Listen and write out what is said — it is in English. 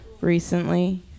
recently